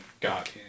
got